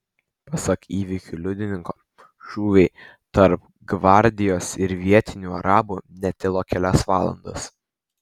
pasak įvykių liudininko šūviai tarp gvardijos ir vietinių arabų netilo kelias valandas